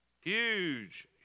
Huge